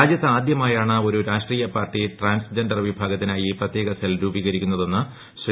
രാജ്യത്ത് ആദ്യമായാണ് ഒരു രാഷ്ട്രീയ പാർട്ടി ട്രാൻസ്ജെൻഡർ വിഭാഗത്തിനായി പ്രത്യേക സെൽ രൂപീകരിക്കുന്നതെന്ന് ശ്രീ